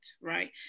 right